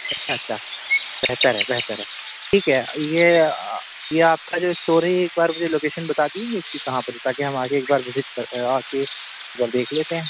اچھا اچھا بہتر ہے بہتر ہے ٹھیک ہے یہ یہ آپ کا جو اسٹور ہے ایک بار مجھے لوکیشن بتا دیجیے اس کی کہاں پہ ہے تاکہ ہم آ کے ایک بار وزٹ کر آ کے ایک بار دیکھ لیتے ہیں